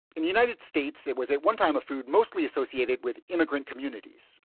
in the united states, it was at one time a food mostly associated with immigrant communities,